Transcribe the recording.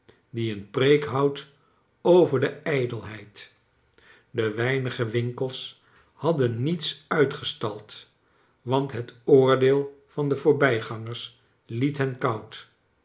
die een preek houdt over de ijdelheid de weinige winkels hadden niets uitgestald want het oordeel van de voorbij gangers liet hen koud